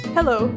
Hello